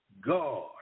God